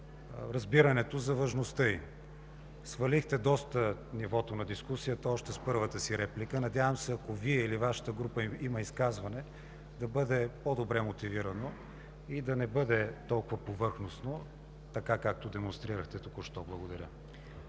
разбирането за важността ѝ. Свалихте доста нивото на дискусията още с първата си реплика. Надявам се, ако Вие или Вашата група има изказване, да бъде по добре мотивирано и да не бъде толкова повърхностно, така както демонстрирахте току-що. Благодаря.